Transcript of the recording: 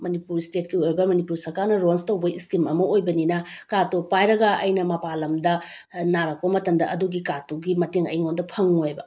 ꯃꯅꯤꯄꯨꯔ ꯏꯁꯇꯦꯠꯀꯤ ꯑꯣꯏꯕ ꯃꯅꯤꯄꯨꯔ ꯁꯔꯀꯥꯔꯅ ꯂꯣꯟꯁ ꯇꯧꯕ ꯏꯁꯀꯤꯝ ꯑꯃ ꯑꯣꯏꯕꯅꯤꯅ ꯀꯥꯔꯠꯇꯣ ꯄꯥꯏꯔꯒ ꯑꯩꯅ ꯃꯄꯥꯜꯂꯝꯗ ꯅꯥꯔꯛꯄ ꯃꯇꯝꯗ ꯑꯗꯨꯒꯤ ꯀꯥꯔꯠꯇꯨꯒꯤ ꯃꯇꯦꯡ ꯑꯩꯉꯣꯟꯗ ꯐꯪꯉꯣꯏꯕ